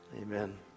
Amen